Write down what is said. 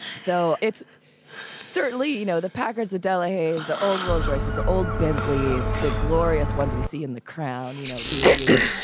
so it's certainly, you know, the packers, the delhaize, the old rolls-royces, the old bentley is the glorious ones we see in the crown you know, being used.